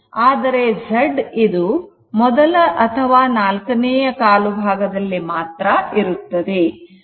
ಆದರೆ Z ಇದು ಮೊದಲ ಅಥವಾ ನಾಲ್ಕನೆಯ ಕಾಲುಭಾಗದಲ್ಲಿ ಮಾತ್ರ ಇರುತ್ತದೆ